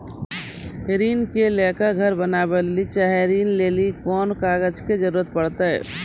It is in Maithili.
ऋण ले के घर बनावे लेली चाहे या ऋण लेली कोन कागज के जरूरी परतै?